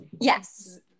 Yes